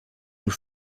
nous